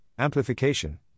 Amplification